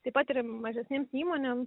taip pat ir mažesnėms įmonėms